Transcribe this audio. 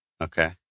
Okay